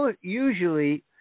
usually